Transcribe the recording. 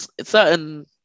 certain